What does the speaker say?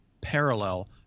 parallel